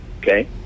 okay